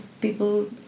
people